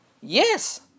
yes